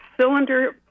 cylinder